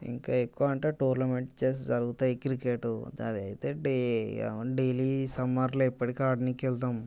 ఇంకా ఎక్కువ అంటే టోర్నమెంట్ చెస్ జరుగుతాయి క్రికెట్ అదైతే డై డైలీ సమ్మర్లో ఇప్పటికి ఆడనీకి వెళ్తాం